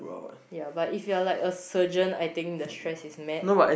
yeah but if you are like a surgeon I think the stress is mad